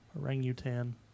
orangutan